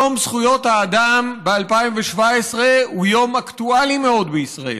יום זכויות האדם ב-2017 הוא יום אקטואלי מאוד בישראל,